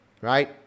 right